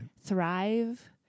thrive